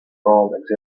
broome